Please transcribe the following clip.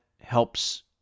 helps